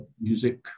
music